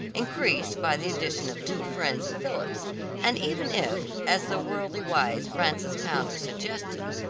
increased by the addition of two friends of philip's and even if, as the worldly wise frances pounder suggested,